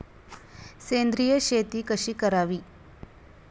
सेंद्रिय शेती कशी करावी?